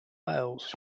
wales